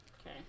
Okay